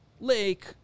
lake